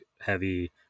heavy